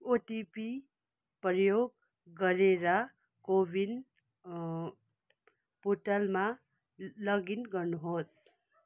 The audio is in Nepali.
ओटिपी प्रयोग गरेर कोविन पोर्टलमा लगइन गर्नुहोस्